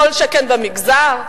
כל שכן במגזר.